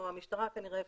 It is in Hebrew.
המשטרה כנראה,